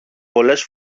πολλές